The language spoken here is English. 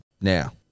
Now